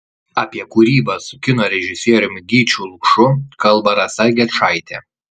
apie kūrybą su kino režisieriumi gyčiu lukšu kalba rasa gečaitė